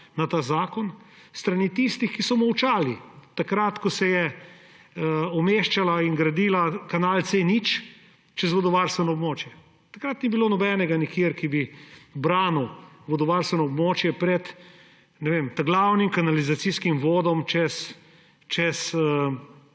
na ta zakon s strani tistih, ki so molčali takrat, ko se je umeščal in gradil kanal C0 čez vodovarstveno območje. Takrat ni bilo nobenega nikjer, ki bi branil vodovarstveno območje pred glavnim kanalizacijskim vodom čez